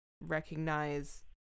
recognize